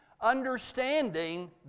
understanding